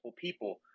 people